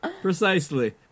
Precisely